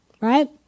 right